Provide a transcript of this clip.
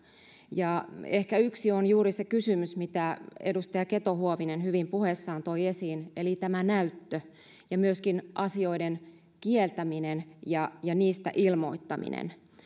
ja ehkä yksi on juuri se kysymys mitä edustaja keto huovinen hyvin puheessaan toi esiin eli näyttö ja myöskin asioiden kieltäminen ja ja niistä ilmoittaminen